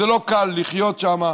זה לא קל לחיות שם.